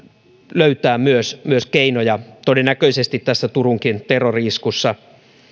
löytää myös myös keinoja todennäköisesti tässä turunkin terrori iskussa